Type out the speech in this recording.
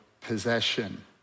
possession